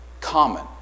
common